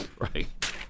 Right